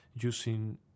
using